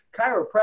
Chiropractic